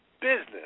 business